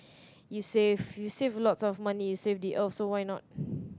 you save you save lots of money you save the earth so why not